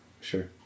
Sure